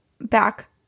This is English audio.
back